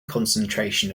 concentration